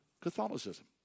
Catholicism